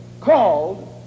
called